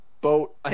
boat